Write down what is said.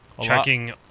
checking